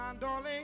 darling